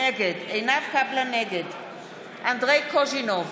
נגד אנדרי קוז'ינוב,